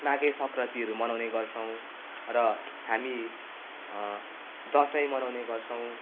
माघे सङ्क्रान्तिहरू मनाउने गर्छौँ र हामी दसैँ मनाउने गर्छौँ